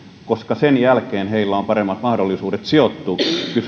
koska sen jälkeen heillä on paremmat mahdollisuudet sijoittua kyseisiin yrityksiin